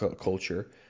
culture